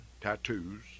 tattoos